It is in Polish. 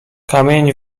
kamień